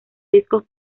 discos